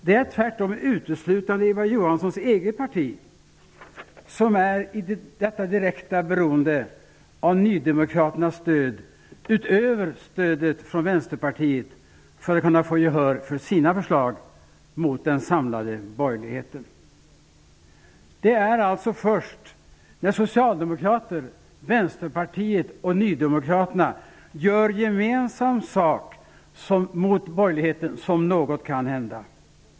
Det är tvärtom uteslutande Eva Johanssons eget parti som är i detta direkta beroende av nydemokraternas stöd, utöver stödet från Vänsterpartiet, för att kunna få gehör för sina förslag. Det är alltså först när Socialdemokraterna, Vänsterpartiet och Ny demokrati gör gemensam sak mot den samlade borgerligheten som något kan hända.